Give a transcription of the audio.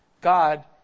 god